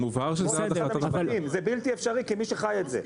זה בלתי אפשרי כמי שחי את זה,